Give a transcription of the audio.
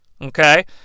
Okay